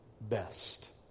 best